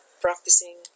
practicing